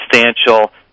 substantial